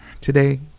today